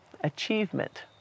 achievement